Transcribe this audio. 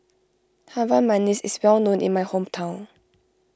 Harum Manis is well known in my hometown